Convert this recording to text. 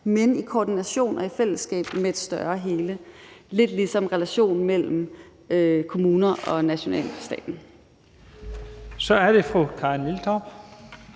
men i koordination og fællesskab med et større hele – lidt ligesom relationen mellem kommunerne og nationalstaten. Kl.